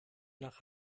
nach